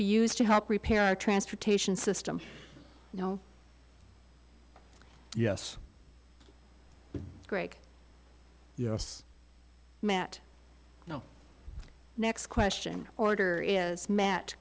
be used to help repair our transportation system yes greg yes matt next question order is m